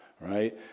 Right